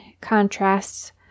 contrasts